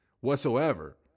whatsoever